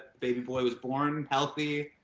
baby boy was born healthy.